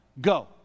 Go